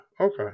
Okay